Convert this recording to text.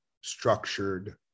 structured